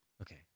Okay